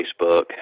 Facebook